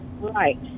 Right